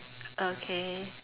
okay